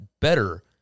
better